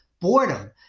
Boredom